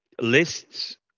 lists